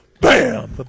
Bam